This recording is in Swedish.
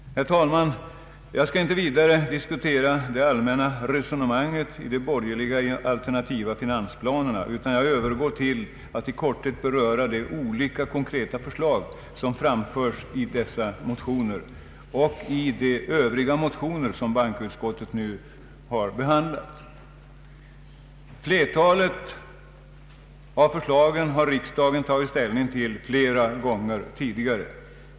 Herr talman! Jag skall inte vidare gå in på de allmänna resonemangen i de borgerliga alternativa finansplanerna, utan jag övergår till att i korthet beröra de olika konkreta förslag som framförts i de motioner som bankoutskottet har behandlat. Flertalet av förslagen har riksdagen tagit ställning till flera gånger tidigare.